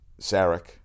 Sarek